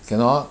cannot